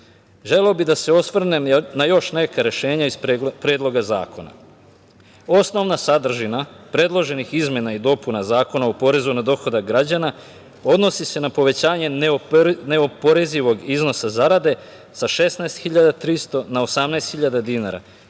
bih da se osvrnem na još neka rešenja iz predloga zakona. Osnovna sadržina predloženih izmena i dopuna Zakona o porezu na dohodak građana odnosi se na povećanje neoporezivog iznosa zarade sa 16.300 na 18.300 dinara